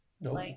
No